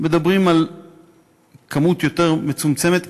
מדברים על כמות יותר מצומצמת,